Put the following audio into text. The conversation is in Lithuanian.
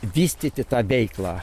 vystyti tą veiklą